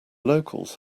locals